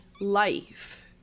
life